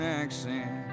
accent